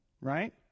right